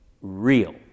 real